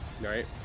Right